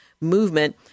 movement